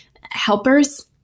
helpers